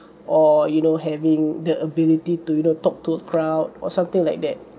or you know having the ability to you know talk to a crowd or something like that